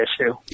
issue